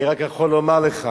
אני רק יכול לומר לך